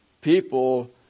people